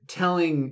telling